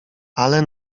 ale